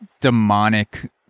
demonic